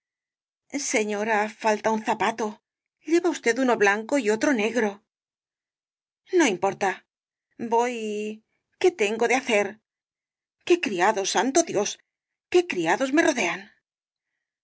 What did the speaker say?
el de jazmines señora falta un zapato lleva usted uno blanco y otro negro no importa voy qué tengo de hacer qué criados santo dios qué criados me rodean